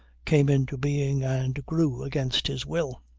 came into being and grew against his will.